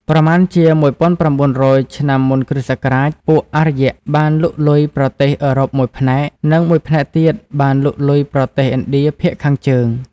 ប្រមាណជា ១៩០០ ឆ្នាំមុនគ្រិស្តសករាជ ពួកអារ្យបានលុកលុយប្រទេសអឺរ៉ុបមួយផ្នែក និងមួយផ្នែកទៀតបានលុកលុយប្រទេសឥណ្ឌាភាគខាងជើង។